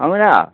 हमरा